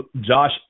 Josh